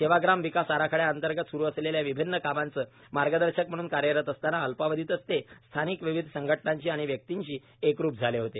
सेवाग्राम विकास आराखड्यांतर्गत सुरू असलेल्या विभिन्न कामांचे मार्गदर्शक म्हणून कार्यरत असताना अल्पावधीतच ते स्थानिक विविध संघटनांशी आणि व्यक्तींशी एकरूप झाले होते